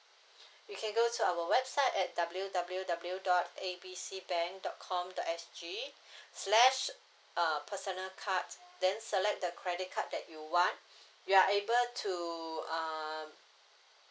you can go to our website at W W W W dot A B C bank dot com dot S G slash uh personal card then select the credit card that you want you are able to uh